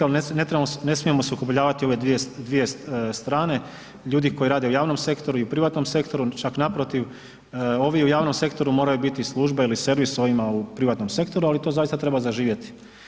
Ne smijemo sukobljavati ove dvije strane, ljudi koji rade u javnom sektoru i privatnom sektoru, čak naprotiv ovi u javnom sektoru moraju biti služba ili servis ovima u privatnom sektoru, ali to zaista treba zaživjeti.